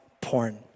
porn